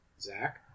Zach